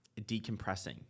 decompressing